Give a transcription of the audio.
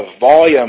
volume